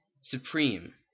supreme